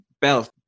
belt